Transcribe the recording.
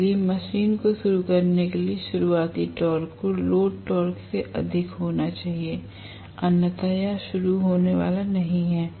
इसलिए मशीन को शुरू करने के लिए शुरुआती टॉर्क को लोड टॉर्क से अधिक होना चाहिए अन्यथा यह भी शुरू होने वाला नहीं है